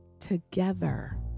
together